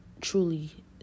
truly